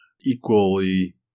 equally